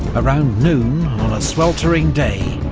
around noon, on a sweltering day,